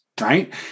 Right